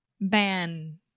Ban